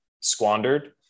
squandered